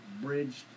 bridged